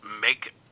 make